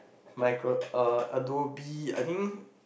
micro uh Adobe I think